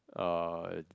uh